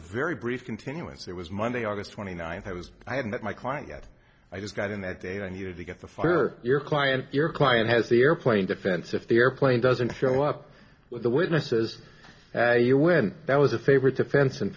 very brief continuance it was monday august twenty ninth i was i had met my client yet i just got in that day and i needed to get the fur your client your client has the airplane defense if the airplane doesn't show up with the witnesses you win that was a favorite defense in